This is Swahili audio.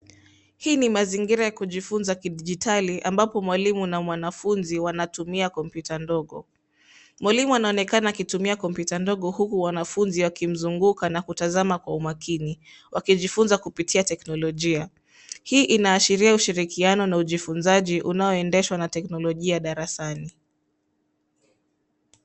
Hii ni mazingira ya kujifunza kidijitali ambapo mwalimu na mwanafunzi wanatumia kompyuta ndogo. Mwalimu anaonekana akitumia kompyuta ndogo huku wanafunzi wakimzunguka na kutazama kwa umakini, wakijifunza kupitia teknolojia. Hii inaashiria ushirikiano na ujifunzaji unayoendeshwa na teknolojia darasani.